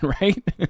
right